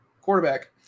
quarterback